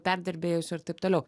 perdirbėjus ir taip toliau